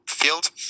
Field